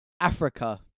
Africa